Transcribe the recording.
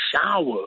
shower